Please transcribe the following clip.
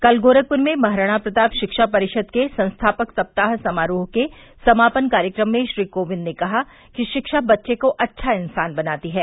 कल गोरखपुर में महाराणा प्रताप शिक्षा परिषद के संस्थापक सप्ताह समारोह के समापन कार्यक्रम में श्री कोविंद ने कहा कि शिक्षा बच्चे को अच्छा इंसान बनाती है